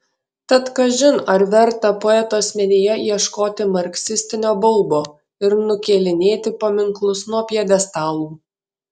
tad kažin ar verta poeto asmenyje ieškoti marksistinio baubo ir nukėlinėti paminklus nuo pjedestalų